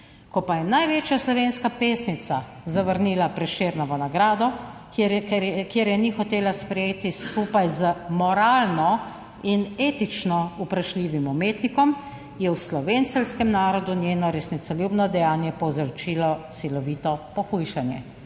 Ko pa je največja slovenska pesnica zavrnila Prešernovo nagrado, kjer je ni hotela sprejeti skupaj z moralno in etično vprašljivim umetnikom, je v slovenceljskem narodu njeno resnicoljubno dejanje povzročilo silovito pohujšanje."